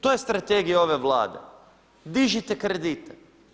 To je strategija ove Vlade, dižite kredite.